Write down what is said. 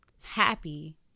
happy